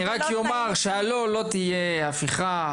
אני רק אומר, לא תהיה הפיכה.